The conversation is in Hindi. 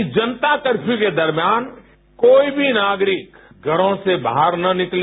इस जनता कर्फ़्यू को दरमियान कोई भी नागरिक घरों से बाहर ना निकले